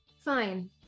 Fine